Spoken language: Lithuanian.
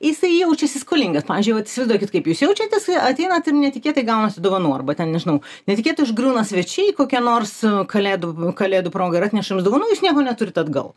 jisai jaučiasi skolingas pavyzdžiui vat įsivaizduokit kaip jūs jaučiatės ateinat ir netikėtai gaunate dovanų arba ten nežinau netikėtai užgriūna svečiai kokie nors kalėdų kalėdų proga ir atneša jums dovanų jūs nieko neturit atgal